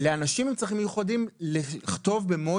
לאנשים עם צרכים מיוחדים לכתוב במו